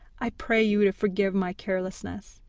i pray you to forgive my carelessness.